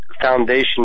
foundation